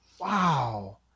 wow